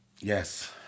Yes